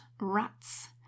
rats